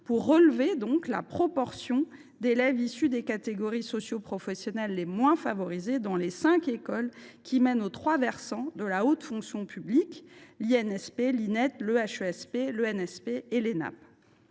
de relever la proportion d’élèves issus des catégories socioprofessionnelles les moins favorisées dans les cinq écoles qui mènent aux trois versants de la haute fonction publique, l’INSP, l’Inet, l’EHESP, l’ENSP et l’ENA.